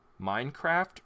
Minecraft